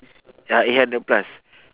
ya eight hundred plus